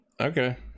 Okay